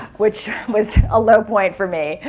which was a low point for me,